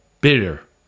bitter